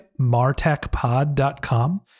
martechpod.com